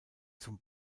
zum